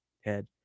head